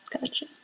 Gotcha